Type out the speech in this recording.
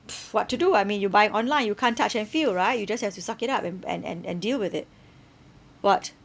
what to do I mean you buy it online you can't touch and feel right you just have to suck it up and and and and deal with it what